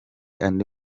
andi